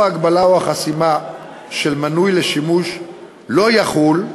ההגבלה או החסימה של מנוי לשימוש לא יחול.